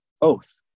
oath